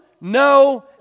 no